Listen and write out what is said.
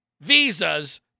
visas